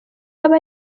yaba